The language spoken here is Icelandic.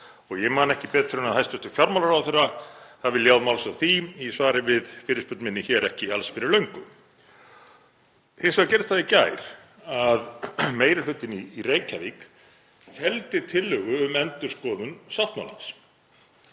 Ég man ekki betur en að hæstv. fjármálaráðherra hafi ljáð máls á því í svari við fyrirspurn minni hér ekki alls fyrir löngu. Hins vegar gerðist það í gær að meiri hlutinn í Reykjavík felldi tillögu um endurskoðun sáttmálans.